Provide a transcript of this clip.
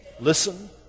listen